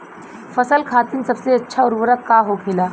फसल खातीन सबसे अच्छा उर्वरक का होखेला?